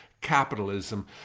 capitalism